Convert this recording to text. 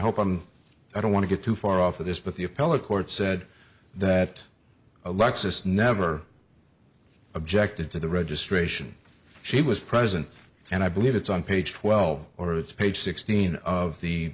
hope i'm i don't want to get too far off of this but the appellate court said that alexis never objected to the registration she was present and i believe it's on page twelve or it's page sixteen of the